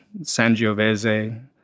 Sangiovese